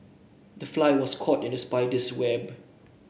the fly was caught in the spider's web